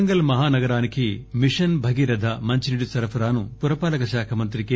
వరంగల్ మహా నగరానికి మిషన్ భగీరథ మంచినీటి సరఫరాను పురపాలక శాఖ మంత్రి కె